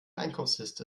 einkaufsliste